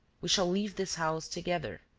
we shall leave this house together,